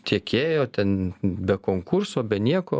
tiekėjo ten be konkurso be nieko